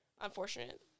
unfortunate